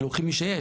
שלוקחים מי שיש.